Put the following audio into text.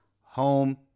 home